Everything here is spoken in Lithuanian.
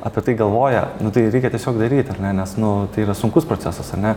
apie tai galvoja nu tai reikia tiesiog daryt ar ne nes nu tai yra sunkus procesas ar ne